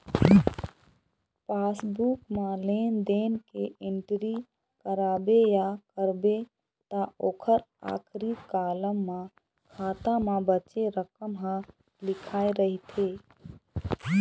passbook म लेन देन के एंटरी कराबे या करबे त ओखर आखरी कालम म खाता म बाचे रकम ह लिखाए रहिथे